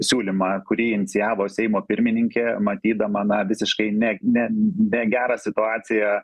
siūlymą kurį inicijavo seimo pirmininkė matydama na visiškai ne ne negerą situaciją